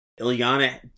Ilyana